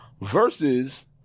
Versus